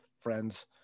friends